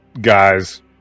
guys